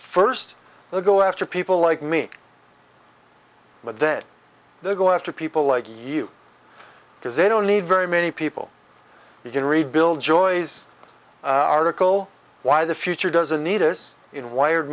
they go after people like me but then they go after people like you because they don't need very many people who can rebuild joyce article why the future doesn't need us in wired